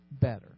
better